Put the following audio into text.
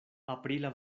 aprila